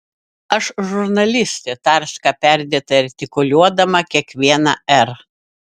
aš žurnalistė tarška perdėtai artikuliuodama kiekvieną r